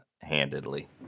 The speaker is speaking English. handedly